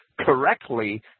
correctly